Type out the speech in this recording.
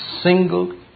single